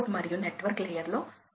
4 మరియు 27 శాతం 10 సమయం ఉంటే 2